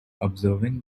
observing